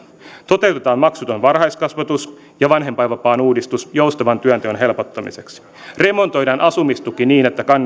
toteutetaan maksuton varhaiskasvatus ja vanhempainvapaan uudistus joustavan työnteon helpottamiseksi remontoidaan asumistuki niin että